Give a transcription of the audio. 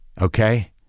okay